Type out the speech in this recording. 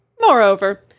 Moreover